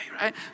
right